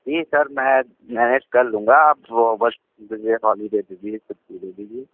जी sir मैं manage कर लूँगा आप वो बस ब्रेक वाली दे दीजिए छुट्टी दे दीजिए